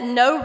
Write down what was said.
no